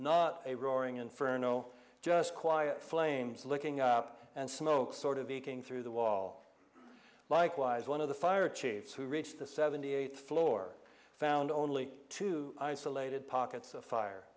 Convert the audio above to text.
not a roaring inferno just quiet flames licking up and smoke sort of eking through the wall likewise one of the fire chiefs who reached the seventy eighth floor found only two isolated pockets of fire